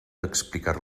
explicar